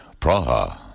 Praha